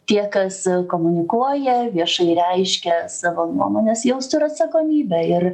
tie kas komunikuoja viešai reiškia savo nuomones jaustų ir atsakomybę ir